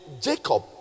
Jacob